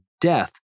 death